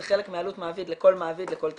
חלק מעלות מעביד לכל מעביד לכל תפקיד.